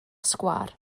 sgwâr